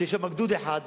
יש שם גדוד אחד,